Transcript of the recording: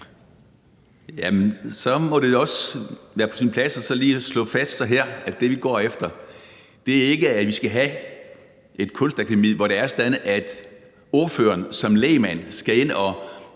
det også være på sin plads lige at slå fast her, at det, vi går efter, ikke er, at vi skal have et kunstakademi, hvor det er sådan, at ordføreren som lægmand skal ind at